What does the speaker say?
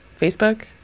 Facebook